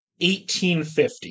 1850